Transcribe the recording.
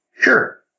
Sure